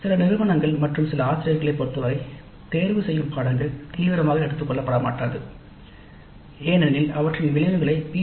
சில நிறுவனங்கள் மற்றும் சில ஆசிரியர்களைப் பொறுத்தவரை தேர்ந்தெடுக்கப்பட்ட படிப்புகள் தீவிரமாக எடுத்துக் கொள்ளப்படமாட்டாது ஏனெனில் அவற்றின் விளைவுகளை பி